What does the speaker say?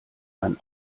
mein